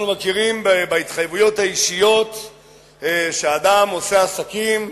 אנחנו מכירים בהתחייבויות האישיות של אדם שעושה עסקים,